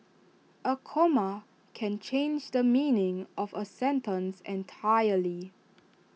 A comma can change the meaning of A sentence entirely